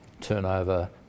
turnover